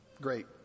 great